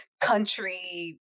country